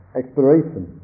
exploration